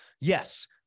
yes